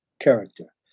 character